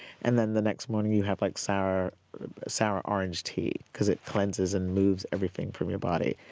and then the next morning you have like sour sour orange tea because it cleanses and moves everything from your body.